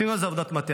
עשינו על זה עבודת מטה,